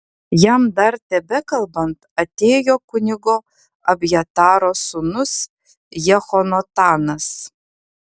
jam dar tebekalbant atėjo kunigo abjataro sūnus jehonatanas